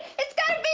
it's got to